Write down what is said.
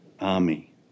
army